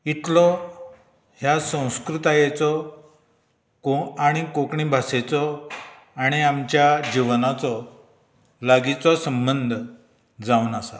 इतलो ह्या संस्कृतायेचो को आनी कोंकणी भाशेचो आनी आमच्या जिवनाचो लागींचो संबंद जावन आसा